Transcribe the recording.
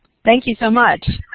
thank you so much.